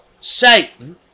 Satan